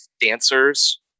dancers